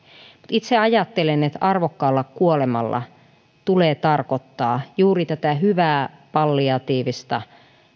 itse ajattelen että arvokkaalla kuolemalla tulee tarkoittaa juuri tätä hyvää palliatiivista